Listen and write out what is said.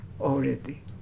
already